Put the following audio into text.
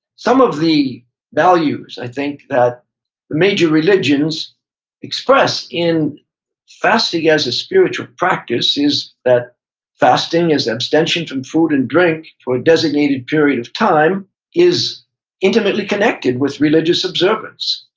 some of the values i think that major religions express in fasting as a spiritual practice is that fasting is abstention from food and drink for a designated period of time is intimately connected with religious observance.